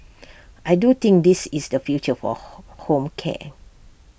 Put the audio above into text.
I do think this is the future for home care